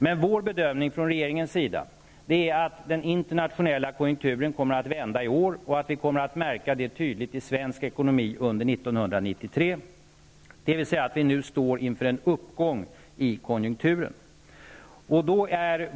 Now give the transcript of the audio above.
Den bedömning vi gör från regeringens sida är att den internationella konjunkturen kommer att vända i år och att vi kommer att märka det tydligt i svensk ekonomi under 1993, dvs. vi står nu inför en uppgång i konjunkturen.